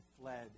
fled